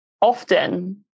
often